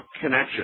connection